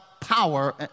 power